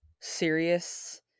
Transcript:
serious